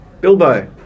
bilbo